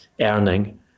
earning